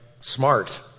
smart